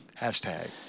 Hashtag